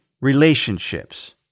Relationships